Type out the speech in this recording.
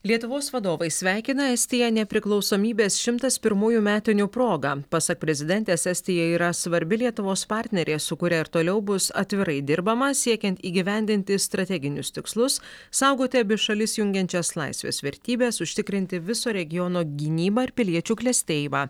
lietuvos vadovai sveikina estiją nepriklausomybės šimtas pirmųjų metinių proga pasak prezidentės estija yra svarbi lietuvos partnerė su kuria ir toliau bus atvirai dirbama siekiant įgyvendinti strateginius tikslus saugoti abi šalis jungiančias laisvės vertybes užtikrinti viso regiono gynybą ir piliečių klestėjimą